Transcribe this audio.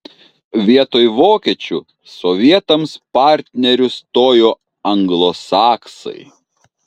vietoj vokiečių sovietams partneriu stojo anglosaksai